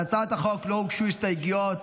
להצעת החוק לא הוגשו הסתייגויות,